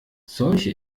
solche